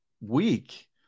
week